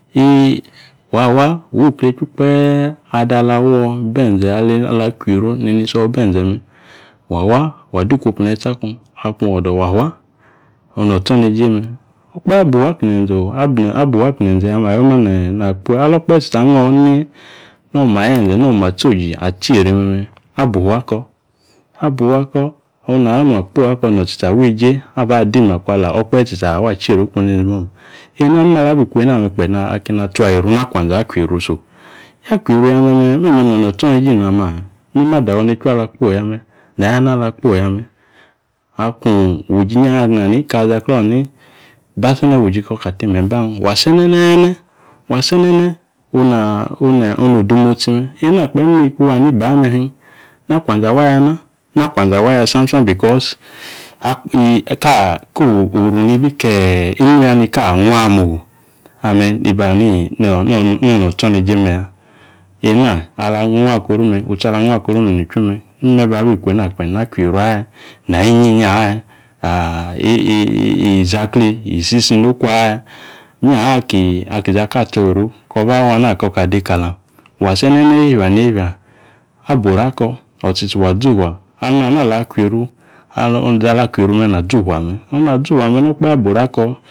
Eeh wa wa wii kle echu kpee ada alawo̱ ibi enze ala kwieru neni iso ibi e̱nze̱ me. Wa, wadi ikwopu netse akung. Akung o̱do̱ wa fua on no̱tso̱neje me̱. O̱kpahe abufua aki inzeze̱ oo. Abu ufua aki inzenze yame ayoma nakpo, ali okpahe tsitsi angho̱ ni, nomayenze noma atsoji, atsiri me̱me̱ abufua ako̱. Abufua ako̱ onayo nung akpoyi ako notsitsi aweje abadi makwa ali. Okpahe tsitsi awachieru uku nende ong. Eena, imme alabiku eena kpe akeni atswayieru nakwanze so. Na akwieru me̱me̱, me̱me̱ notsoneje ina maa? Mime adaro ni echu ala kpoyame, nayana aliakpoyame. Akung uji yahaa nani kali izaklong ani, ba sene wi uji koka timanyi ba him wa se̱ne̱ne̱e̱ne̱ wa senene on nodemotsi me eena kpe imime iku wa ni ban me̱ hin, na kwanzi awaya na. Nakwanzi awaya sam sam because ko oru nibi ke̱e̱ imme nika anghwa moo? Ame̱ niba nii nonu notsoneje me̱ya. Eena ali nuakoni me utsi ala nuakoru me nichwi me. Imme babi kuna kpe nakwaieru aya, na yinyiyin aya. izaklee isisi noku aya. Iyahaa ki izakilee atsoyieru ko̱ba wana koka adekalam, wa senene niefja niefja, aboru ako. Otsitsi wa zi ufua. nani izi ala akwieru me̱ na zi ufua me, on nazi ufua me okpahe ako.